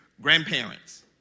grandparents